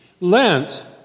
Lent